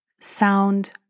sound